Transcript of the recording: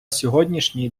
сьогоднішній